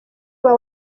uba